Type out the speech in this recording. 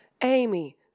Amy